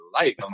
life